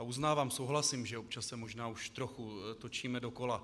Uznávám, souhlasím, že občas se možná už trochu točíme dokola.